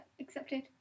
accepted